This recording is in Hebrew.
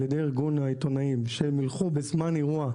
על ידי ארגון העיתונאים שהם ילכו בזמן אירוע,